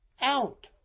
Out